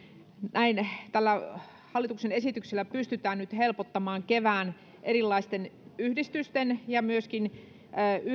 tällä hallituksen esityksellä pystytään nyt helpottamaan erilaisten yhdistysten ja myöskin